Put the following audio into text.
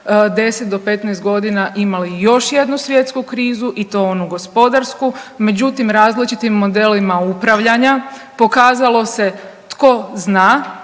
10 do 15 godina imali još jednu svjetsku krizu i to onu gospodarsku. Međutim, različitim modelima upravljanja pokazalo se tko zna,